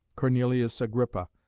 cornelius agrippa,